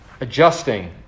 adjusting